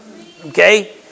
Okay